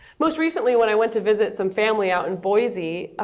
most recently when i went to visit some family out in boise,